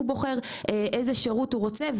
והוא בוחר איזה שירות הוא רוצה,